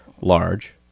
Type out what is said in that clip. large